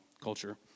culture